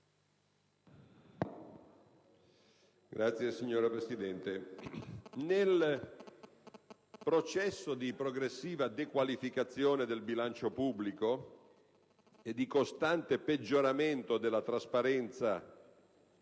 *(PD)*. Signora Presidente, nel processo di progressiva dequalificazione del bilancio pubblico e di costante peggioramento della trasparenza